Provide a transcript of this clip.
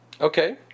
Okay